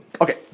Okay